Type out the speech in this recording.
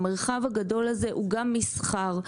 המרחב הגדול הזה הוא גם מסחר,